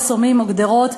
מחסומים או גדרות,